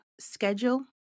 schedule